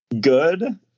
good